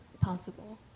possible